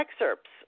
excerpts